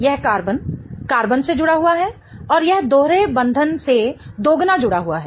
यह carbon carbon से जुड़ा हुआ है और यह दोहरे बंधन से दोगुना जुड़ा हुआ है